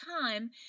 time